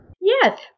Yes